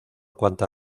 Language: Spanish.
cuanta